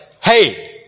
hey